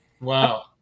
Wow